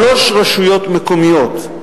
שלוש רשויות מקומיות,